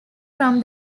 from